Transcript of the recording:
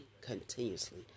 continuously